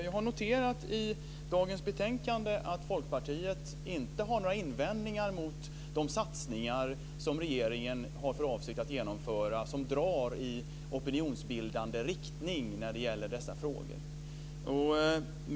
Jag har i dagens betänkande noterat att Folkpartiet inte har några invändningar mot de satsningar som regeringen har för avsikt att genomföra som drar i opinionsbildande riktning när det gäller dessa frågor.